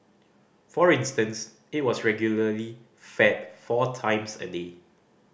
for instance it was regularly fed four times a day